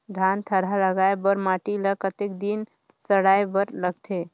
धान थरहा लगाय बर माटी ल कतेक दिन सड़ाय बर लगथे?